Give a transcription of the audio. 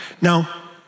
Now